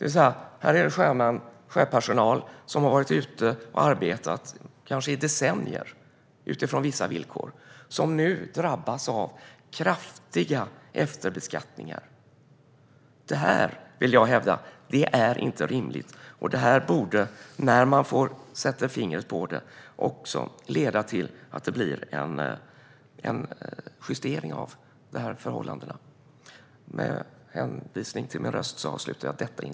Sjöpersonal som har varit ute och arbetat utifrån vissa villkor, kanske i decennier, drabbas nu av kraftig efterbeskattning. Jag vill hävda att detta inte är rimligt. Det borde också, när man sätter fingret på det, leda till att det görs en justering av dessa förhållanden.